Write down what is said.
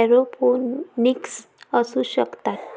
aeroponics असू शकतात